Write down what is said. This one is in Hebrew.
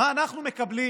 מה אנחנו מקבלים